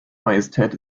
majestät